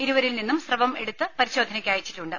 ഇരുവരിൽ നിന്നും സ്രവം എടുത്ത് പരിശോധനക്കയച്ചിട്ടുണ്ട്